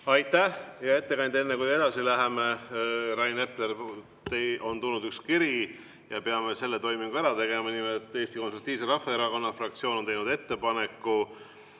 Aitäh, hea ettekandja! Enne kui me edasi läheme, Rain Epler, on tulnud üks kiri ja peame selle toimingu ära tegema. Nimelt, Eesti Konservatiivse Rahvaerakonna fraktsioon on teinud ettepaneku